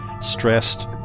stressed